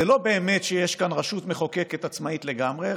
זה לא שבאמת יש כאן רשות מחוקקת עצמאית לגמרי,